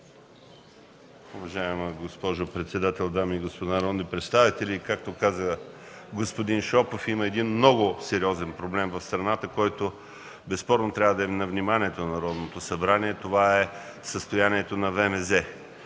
Уважаема госпожо председател, дами и господа народни представители! Както каза господин Шопов, в страната има много сериозен проблем, който безспорно трябва да е на вниманието на Народното събрание – състоянието на ВМЗ.